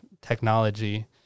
technology